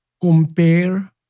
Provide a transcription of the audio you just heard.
compare